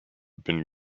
been